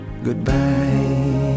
Goodbye